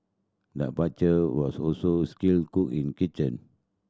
the butcher was also skilled cook in kitchen